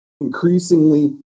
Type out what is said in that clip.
increasingly